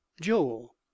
Joel